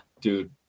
dude